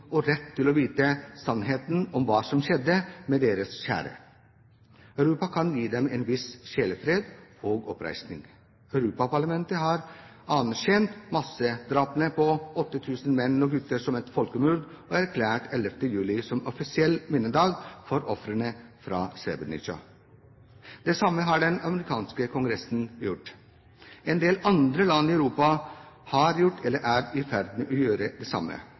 og rett til å vite sannheten om hva som skjedde med deres kjære. Europa kan gi dem en viss sjelefred og oppreisning. Europaparlamentet har anerkjent massedrapene på de 8 000 menn og gutter som et folkemord, og erklært 11. juli som offisiell minnedag for ofrene fra Srebrenica. Det samme har den amerikanske kongressen gjort. En del andre land i Europa har gjort – eller er i ferd med å gjøre – det samme.